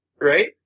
right